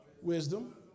wisdom